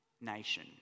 nation